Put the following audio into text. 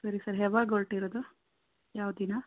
ಸರಿ ಸರ್ ಯಾವಾಗ ಹೊರಟಿರೋದು ಯಾವ ದಿನ